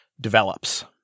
develops